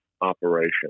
operation